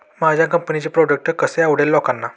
माझ्या कंपनीचे प्रॉडक्ट कसे आवडेल लोकांना?